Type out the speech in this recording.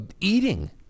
eating